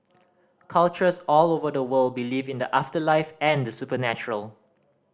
cultures all over the world believe in the afterlife and the supernatural